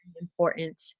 important